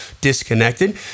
disconnected